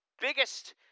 biggest